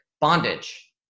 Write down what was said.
bondage